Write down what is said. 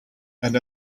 and